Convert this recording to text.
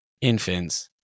infants